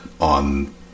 on